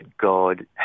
God